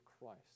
Christ